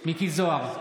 מכלוף מיקי זוהר,